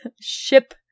ship